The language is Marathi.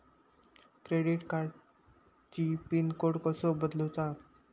क्रेडिट कार्डची पिन कोड कसो बदलुचा?